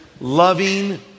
Loving